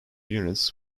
units